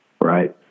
Right